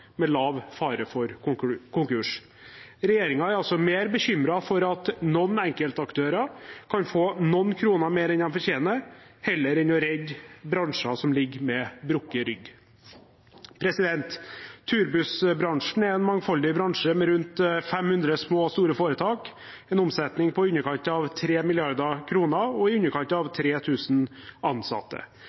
med liten fare for konkurs. Regjeringen er altså mer bekymret for at noen enkeltaktører kan få noen kroner mer enn de fortjener, enn å redde bransjer som ligger med brukket rygg. Turbussbransjen er en mangfoldig bransje med rundt 500 små og store foretak, med en omsetning på i underkant av 3 mrd. kr og i underkant av 3 000 ansatte.